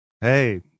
Hey